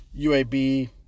UAB